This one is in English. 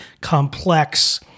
complex